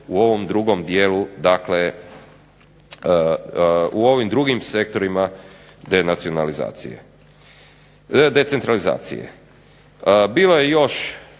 u ovom drugom dijelu, dakle u ovim drugim sektorima decentralizacije. Bilo je još